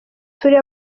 turi